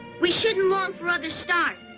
we shouldn't long for other stars.